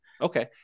Okay